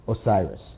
Osiris